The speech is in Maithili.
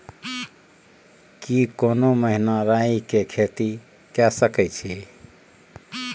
की कोनो महिना राई के खेती के सकैछी?